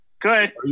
Good